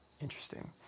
interesting